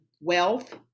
wealth